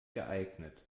geeignet